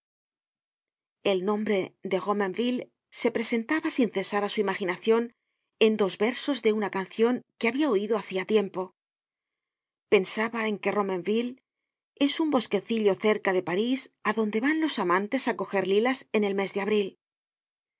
el nombre de romainville se presentaba sin cesar á su imaginacion en dos versos de una cancion que habia oido hacia tiempo pensaba en que romainville es un bosquecillo cerca de parís adonde van los amantes á coger lilas en el mes de abril